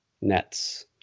Nets